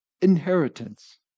inheritance